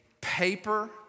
paper